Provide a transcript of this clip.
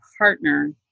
partner